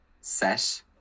set